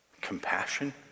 compassion